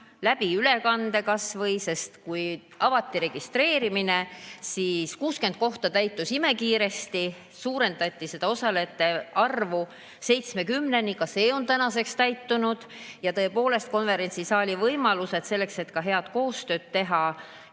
või ülekande kaudu, sest kui avati registreerimine, siis 60 kohta täitusid imekiiresti, osalejate arvu suurendati 70‑ni, ka need on tänaseks täitunud. Tõepoolest, konverentsisaali võimalused selleks, et head koostööd teha